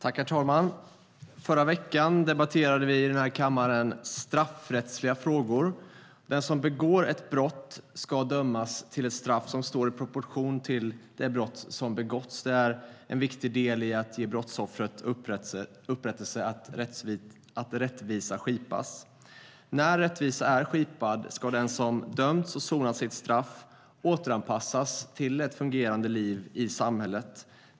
Herr talman! Förra veckan debatterade vi i den här kammaren straffrättsliga frågor. Den som begår ett brott ska dömas till ett straff som står i proportion till det brott som begåtts. Det är en viktig del i att ge brottsoffret upprättelse att rättvisa skipas. När rättvisa har skipats ska den som dömts och sonat sitt brott återanpassas till ett fungerande liv i samhället.